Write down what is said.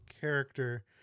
character